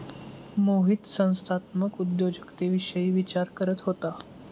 मोहित संस्थात्मक उद्योजकतेविषयी विचार करत होता